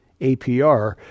APR